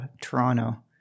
Toronto